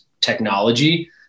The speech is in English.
technology